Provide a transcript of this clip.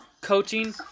coaching